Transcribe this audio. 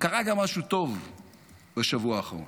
קרה גם משהו טוב בשבוע האחרון,